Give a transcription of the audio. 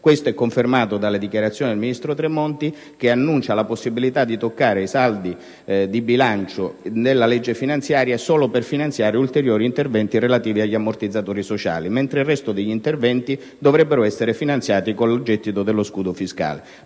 Ciò è confermato dalle dichiarazioni del ministro Tremonti, che annuncia la possibilità di toccare i saldi di bilancio nella legge finanziaria solo per finanziare ulteriori interventi relativi agli ammortizzatori sociali, mentre il resto degli interventi dovrebbe essere finanziato con il gettito dello scudo fiscale.